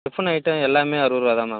tiffin item எல்லாமே அறுபது ருபாதான் மேம்